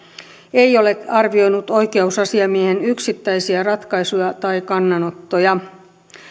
ei ole arvioinut oikeusasiamiehen yksittäisiä ratkaisuja tai kannanottoja